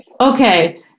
Okay